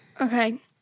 Okay